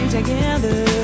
together